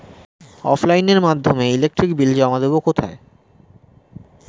অফলাইনে এর মাধ্যমে ইলেকট্রিক বিল জমা দেবো কোথায়?